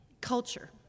culture